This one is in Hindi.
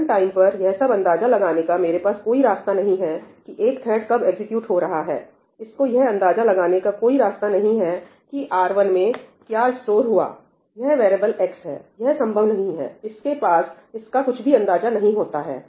रनटाइम पर यह सब अंदाजा लगाने का मेरे पास कोई रास्ता नहीं हैकि एक थ्रेड कब एग्जीक्यूट हो रहा हैइसको यह अंदाजा लगाने का कोई रास्ता नहीं है कि r1 में क्या स्टोर हुआयह वेरिएबल x है यह संभव नहीं है इसके पास इसका कुछ भी अंदाजा नहीं होता है